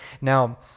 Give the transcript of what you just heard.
Now